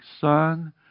son